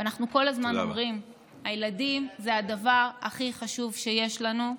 אנחנו כל הזמן אומרים: הילדים הם הדבר הכי חשוב שיש לנו,